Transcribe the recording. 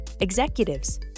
executives